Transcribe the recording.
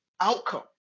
outcome